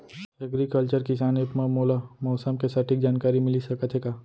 Agriculture किसान app मा मोला मौसम के सटीक जानकारी मिलिस सकत हे का?